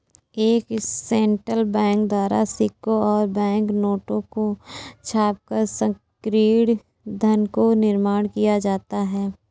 एक central bank द्वारा सिक्कों और बैंक नोटों को छापकर संकीर्ण धन का निर्माण किया जाता है